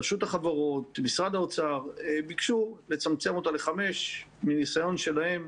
רשות החברות ומשרד האוצר ביקשו לצמצם אותה ל-5 מניסיון שלהם,